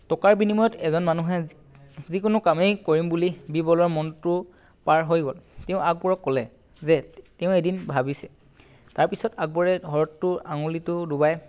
টকাৰ বিনিময়ত এজন মানুহে যিকোনো কামেই কৰিম বুলি বীৰবলৰ মনটো পাৰ হৈ গ'ল তেওঁ আকবৰক ক'লে যে তেওঁ এদিন ভাবিছে তাৰপিছত আকবৰে হ্ৰদটো আঙুলিটো ডুবাই